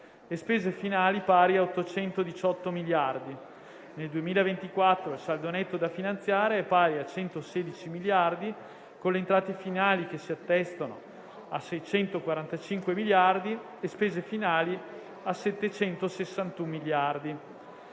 e spese finali pari a 818 miliardi. Nel 2024 il saldo netto da finanziare è pari a 116 miliardi con le entrate finali che si attestano a 645 miliardi e spese finali a 761 miliardi.